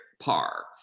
par